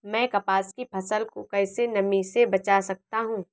मैं कपास की फसल को कैसे नमी से बचा सकता हूँ?